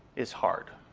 is hard.